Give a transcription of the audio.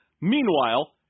Meanwhile